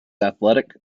athletic